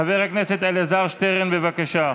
חבר הכנסת אלעזר שטרן, בבקשה.